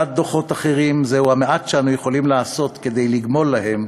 וקבלת דוחות אחרים זהו המעט שאנו יכולים לעשות כדי לגמול להם,